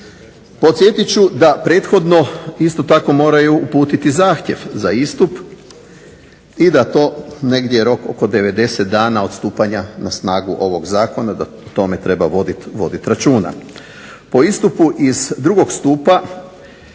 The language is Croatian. Podsjetiti ću da prethodno moraju uputiti zahtjev za istup i da to negdje rok od 90 dana od stupanja na snagu ovog Zakona da o tome treba voditi računa. Po istupu iz 2. Stupa